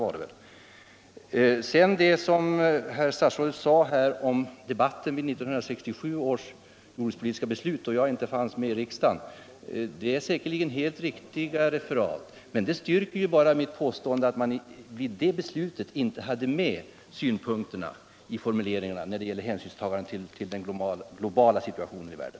Statsrådets referat av debatten i samband med 1967 års jordbrukspolitiska beslut, då jag inte fanns med i riksdagen, är säkerligen helt riktigt. Men det styrker bara mitt påstående att man i det beslutet inte hade med hänsynstagandet till den globala livsmedelssituationen.